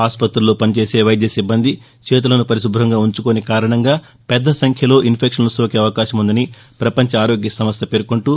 ఆసుపుతుల్లో పనిచేసే వైద్య సిబ్బంది చేతులను పరిశుభ్రంగా ఉంచుకోని కారణంగా పెద్ద సంఖ్యలో ఇన్ఫెక్షన్ల సోకే అవకాశముందని ప్రపంచ ఆరోగ్య సంస్ణ పేర్కొంటూ